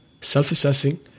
self-assessing